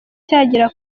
cyagera